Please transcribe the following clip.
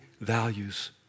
values